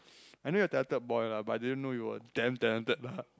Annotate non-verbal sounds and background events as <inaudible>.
<breath> I know you are talented boy lah but I didn't know you were damn talented lah